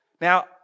Now